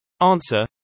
Answer